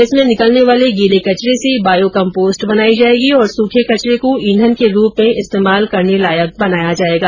इसमें निकलने वाले गीले कचरे से बायो कंपोस्ट बनाई जाएगी और सुखे कचरे को इंधन के रूप में इस्तेमाल करने लायक बनाया जाएगा